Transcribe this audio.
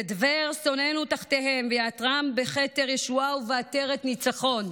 ידבר שונאינו תחתיהם ויעטרם בכתר ישועה ובעטרת ניצחון.